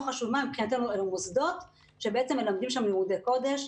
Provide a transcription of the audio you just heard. לא חשוב מה מוסדות שבעצם מלמדים שם לימודי קודש,